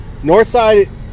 Northside –